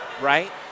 right